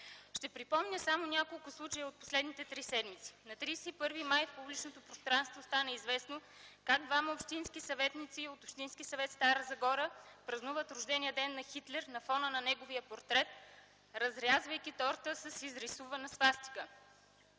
Ще припомня само няколко случая от последните три седмици. На 31 май 2010 г. в публичното пространство стана известно как двама общински съветници от Общинския съвет, Стара Загора, празнуват рождения ден на Хитлер на фона на неговия портрет, разрязвайки торта с изрисувана свастика.